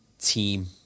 team